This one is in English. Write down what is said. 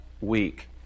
week